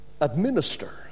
administer